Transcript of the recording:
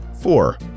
Four